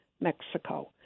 Mexico